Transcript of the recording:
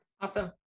Awesome